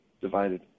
divided